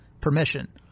permission